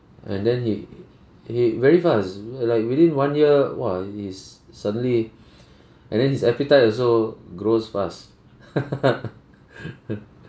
and then he he very fast like within one year !wah! he's suddenly and then his appetite also grows fast